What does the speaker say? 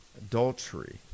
adultery